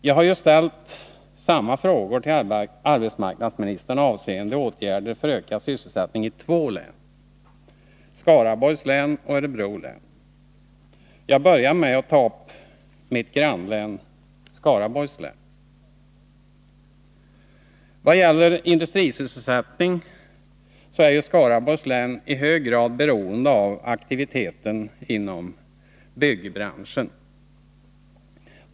Jag har ju ställt samma frågor till arbetsmarknadsministern avseende åtgärder för ökad sysselsättning i två län, Skaraborgs län och Örebro län. Jag börjar med att ta upp mitt grannlän Skaraborgs län. Vad gäller industrisysselsättning är Skaraborgs län i hög grad beroende av aktiviteten inom byggbranschen.